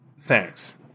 Thanks